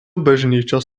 bažnyčios